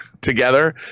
together